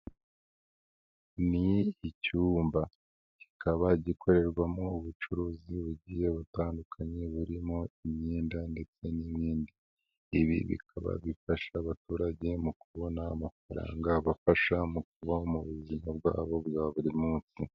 Ni icyumba kikaba gikorerwamo ubucuruzi bugiye butandukanye burimo imyenda ndetse n'ibindi. Ibi bikaba bifasha abaturage mu kubona amafaranga abafasha mu kubaho mu buzima bwabo bwa buri munsi.